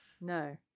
No